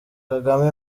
kagame